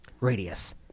Radius